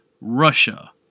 Russia